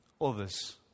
others